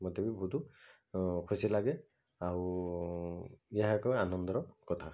ମୋତେ ବି ବହୁତ ଖୁସି ଲାଗେ ଆଉ ଏହା ଏକ ଆନନ୍ଦର କଥା